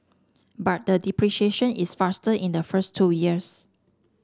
but the depreciation is faster in the first two years